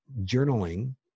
Journaling